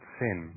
sin